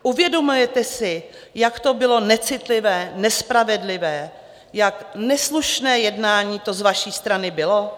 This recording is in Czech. Uvědomujete si, jak to bylo necitlivé, nespravedlivé, jak neslušné jednání to z vaší strany bylo?